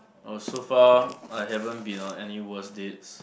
oh so far I haven't been on any worse dates